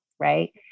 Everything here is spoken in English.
right